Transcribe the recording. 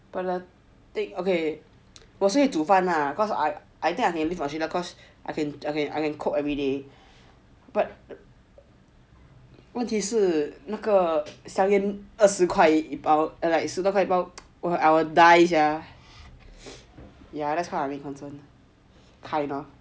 but like take okay 我是会煮饭 lah cause I I can live Australia cause I can okay I can cook everyday but 问题是那个香烟二十块一包 like 十多块 I will die sia ya that's one of my main concern